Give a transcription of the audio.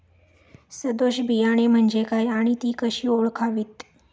सदोष बियाणे म्हणजे काय आणि ती कशी ओळखावीत?